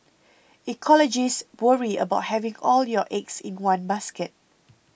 ecologists worry about having all your eggs in one basket